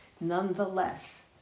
nonetheless